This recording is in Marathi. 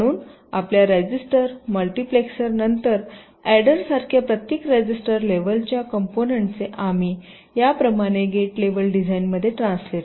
म्हणूनआपल्या रजिस्टर मल्टिप्लेक्सर्स नंतर अॅडर्स सारख्या प्रत्येक रजिस्टर लेव्हलच्या कॉम्पोनन्टचे आम्ही या प्रमाणे गेट लेव्हल डिझाइनमध्ये ट्रान्सलेट करू